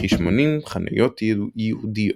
וכ-80 חניות ייעודיות.